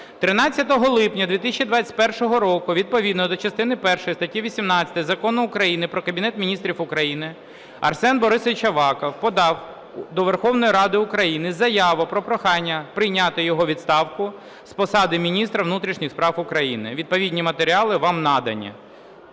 13 липня 2021 року відповідно до частини першої статті 18 Закону України "Про Кабінет Міністрів України" Арсен Борисович Аваков подав до Верховної Ради України заяву про прохання прийняти його відставку з посади міністра внутрішніх справ України. Відповідні матеріали вам надані.